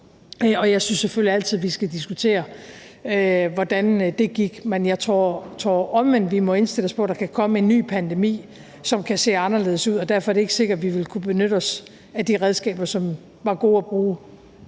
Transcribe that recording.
jeg synes selvfølgelig altid, vi skal diskutere, hvordan det gik, men jeg tror omvendt også, vi må indstille os på, at der kan komme en ny pandemi, som kan se anderledes ud, og derfor er det ikke sikkert, vi vil kunne benytte os af de redskaber, som var gode at bruge